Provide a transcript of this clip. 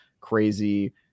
crazy